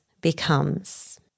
becomes